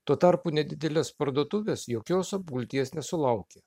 tuo tarpu nedidelės parduotuvės jokios apgulties nesulaukė